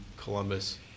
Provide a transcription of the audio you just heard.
Columbus